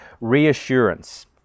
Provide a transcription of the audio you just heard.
reassurance